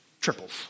triples